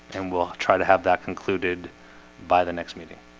and we'll try to have that concluded by the next meeting